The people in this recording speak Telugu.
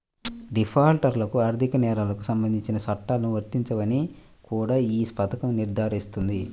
డిఫాల్టర్లకు ఆర్థిక నేరాలకు సంబంధించిన చట్టాలు వర్తించవని కూడా ఈ పథకం నిర్ధారిస్తుంది